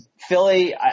Philly